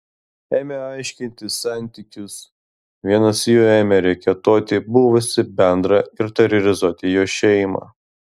ėmę aiškintis santykius vienas jų ėmė reketuoti buvusį bendrą ir terorizuoti jo šeimą